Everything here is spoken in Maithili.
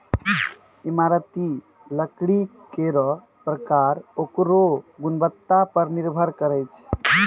इमारती लकड़ी केरो परकार ओकरो गुणवत्ता पर निर्भर करै छै